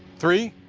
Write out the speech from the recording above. three,